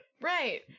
Right